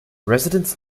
residents